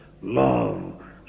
love